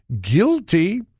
guilty